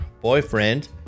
boyfriend